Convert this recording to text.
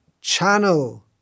channel